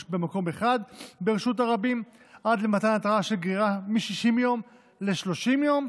במקום אחד ברשות הרבים עד למתן התראה של גרירה מ-60 יום ל-30 יום,